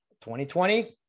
2020